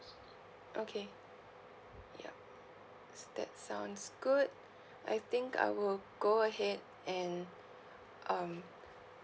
okay yup s~ that sounds good I think I will go ahead and um